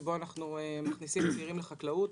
שבו אנחנו מכניסים צעירים לחקלאות.